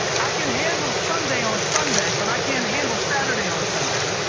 i can handle sunday on sunday, but i can't handle saturday on sunday,